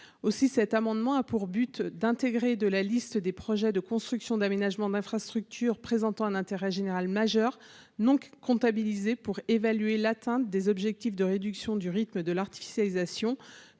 aussi. Cet amendement a pour but d'intégrer de la liste des projets de construction d'aménagement d'infrastructures présentant un intérêt général majeure non comptabilisée pour évaluer l'atteinte des objectifs de réduction du rythme de l'artificialisation